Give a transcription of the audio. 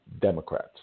Democrats